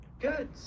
Good